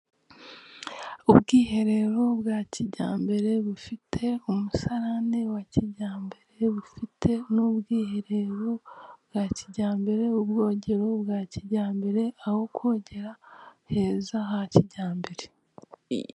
Ubwiherero bwa kijyambere bufite umusarane wa kijyambere, bufite n'ubwiherero bwa kijyambere, ubwogero bwa kijyambere, aho kogera heza ha kijyambere.